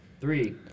Three